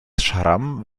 schramm